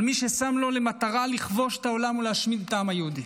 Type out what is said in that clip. על מי ששם לו למטרה לכבוש את העולם ולהשמיד את העם היהודי.